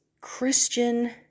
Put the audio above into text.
Christian